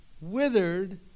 withered